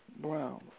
Brown